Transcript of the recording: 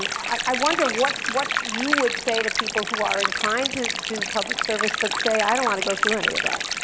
i wonder what what you would say to people who are inclined to do public service but say, i don't want to go through any of that.